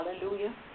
Hallelujah